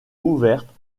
ouvertes